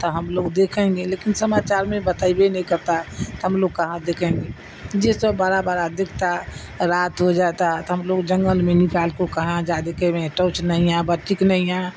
تو ہم لوگ دیکھیں گے لیکن سماچار میں بتائیبے نہیں کرتا ہے تو ہم لوگ کیا دیکھیں گے یہ سب بڑا بڑا دکھتا رات ہو جاتا تو ہم لوگ جنگل میں نکال کو کہاں جا دیکھے ہوئے ٹوچ نہیں ہے بٹک نہیں ہے